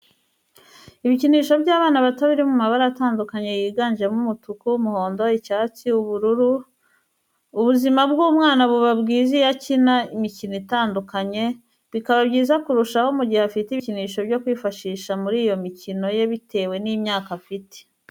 Ibikinisho by'abana bato biri mu mabara atandukanye yiganjemo umutuku, umuhondo, icyatsi, ubururu, ubuzima bw'umwana buba bwiza iyo akina imikino itandukanye, bikaba byiza kurushaho mu gihe afite ibikinisho byo kwifashisha muri iyo mikino ye bitewe n'imyaka afite.